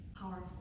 powerful